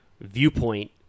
viewpoint